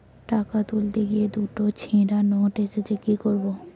টাকা তুলতে গিয়ে দুটো ছেড়া নোট এসেছে কি করবো?